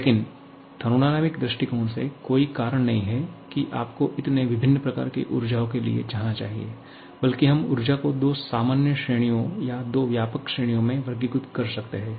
लेकिन थर्मोडायनामिक दृष्टिकोण से कोई कारण नहीं है कि आपको इतने विभिन्न प्रकार की ऊर्जाओं के लिए जाना चाहिए बल्कि हम ऊर्जा को दो सामान्य श्रेणियों या दो व्यापक श्रेणियों में वर्गीकृत कर सकते हैं